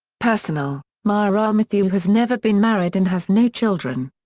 personal mireille mathieu has never been married and has no children.